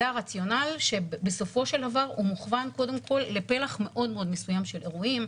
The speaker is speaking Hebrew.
זה הרציונל שבסופו של דבר מוכוון קודם כול לפלח מאוד מסוים של אירועים,